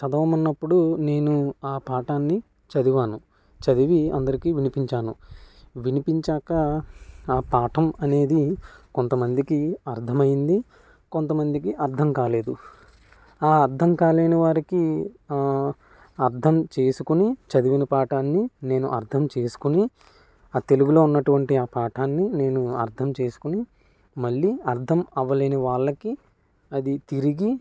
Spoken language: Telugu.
చదవమన్నప్పుడు నేను ఆ పాఠాన్ని చదివాను చదివి అందరికీ వినిపించాను వినిపించాక ఆ పాఠం అనేది కొంతమందికి అర్థమైంది కొంతమందికి అర్థం కాలేదు ఆ అర్థం కాలేని వారికి అర్థం చేసుకొని చదివిన పాఠాన్ని నేను అర్థం చేసుకొని ఆ తెలుగులో ఉన్నటువంటి ఆ పాఠాన్ని నేను అర్థం చేసుకొని మళ్ళీ అర్థం అవ్వలేని వాళ్ళకి అది తిరిగి